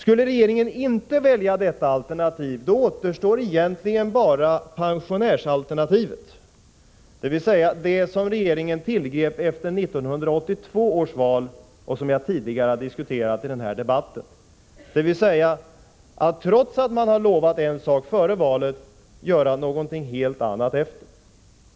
Om regeringen inte skulle välja detta alternativ, då återstår egentligen bara pensionärsalternativet, dvs. det som regeringen tillgrep efter 1982 års val och som jag har diskuterat tidigare i den här debatten. Det går ut på att man trots att man har lovat en sak före valet gör någonting helt annat efter det.